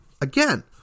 again